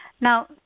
Now